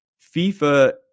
FIFA